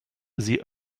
sie